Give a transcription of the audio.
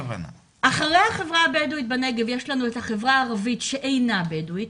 אחרי החברה הבדואית בנגב יש לנו את החברה הערבית שאינה בדואית.